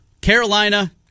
Carolina